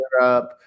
Europe